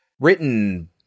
written